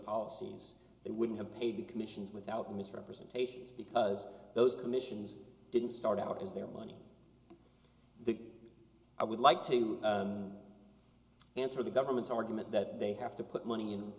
policies they wouldn't have paid the commissions without misrepresentations because those commissions didn't start out as their money the i would like to answer the government's argument that they have to put money in